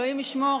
אלוהים ישמור,